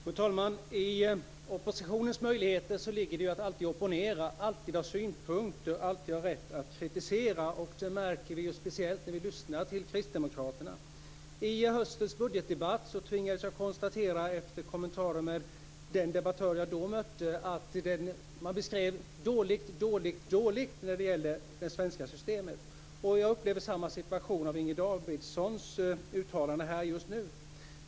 Fru talman! I oppositionens möjligheter ligger att alltid opponera, att alltid ha synpunkter och att alltid ha rätt att kritisera. Det märker vi speciellt när vi lyssnar till kristdemokraterna. I höstens budgetdebatt tvingades jag konstatera, efter kommentarer från den debattör jag då mötte, att man beskrev det svenska systemet som dåligt, dåligt, dåligt. Jag upplever samma situation efter Inger Davidsons uttalande här just nu.